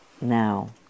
now